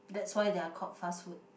that's why they are called fast food